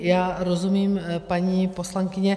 Já rozumím, paní poslankyně.